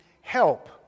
help